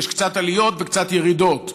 יש קצת עליות וקצת ירידות.